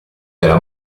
della